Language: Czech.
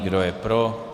Kdo je pro.